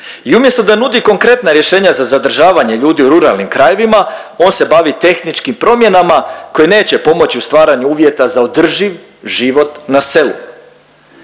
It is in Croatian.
I umjesto da nudi konkretna rješenja za zadržavanje ljudi u ruralnim krajevima on se bavi tehničkim promjenama koje neće pomoći u stvaranju uvjeta za održiv život na selu.